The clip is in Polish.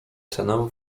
cenę